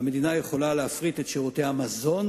והמדינה יכולה להפריט את שירותי המזון